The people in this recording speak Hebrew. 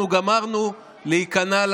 אנחנו גמרנו להיכנע,